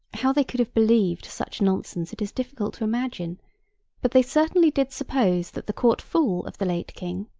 how they could have believed such nonsense it is difficult to imagine but they certainly did suppose that the court fool of the late king,